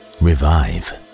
revive